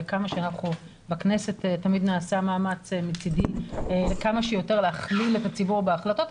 תמיד נעשָה מאמץ מצדי כמה שיותר להכליל את הציבור בהחלטות,